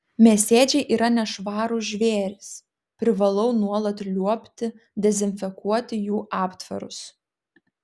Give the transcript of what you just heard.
mėsėdžiai yra nešvarūs žvėrys privalau nuolat liuobti dezinfekuoti jų aptvarus